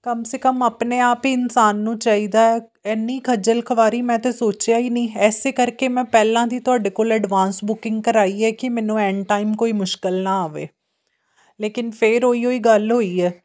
ਕਮ ਸੇ ਕਮ ਆਪਣੇ ਆਪ ਹੀ ਇਨਸਾਨ ਨੂੰ ਚਾਹੀਦਾ ਇੰਨੀ ਖੱਜਲ ਖਵਾਰੀ ਮੈਂ ਤਾਂ ਸੋਚਿਆ ਹੀ ਨਹੀਂ ਇਸ ਕਰਕੇ ਮੈਂ ਪਹਿਲਾਂ ਦੀ ਤੁਹਾਡੇ ਕੋਲ ਐਡਵਾਂਸ ਬੁਕਿੰਗ ਕਰਵਾਈ ਹੈ ਕਿ ਮੈਨੂੰ ਐਂਡ ਟਾਈਮ ਕੋਈ ਮੁਸ਼ਕਿਲ ਨਾ ਆਵੇ ਲੇਕਿਨ ਫਿਰ ਉਹੀ ਉਹੀ ਗੱਲ ਹੋਈ ਹੈ